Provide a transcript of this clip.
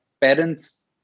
parents